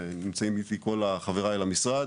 ונמצאים איתי כל חבריי למשרד,